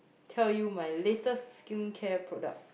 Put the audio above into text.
tell you my latest skincare product